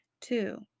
Two